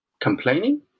complaining